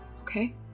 okay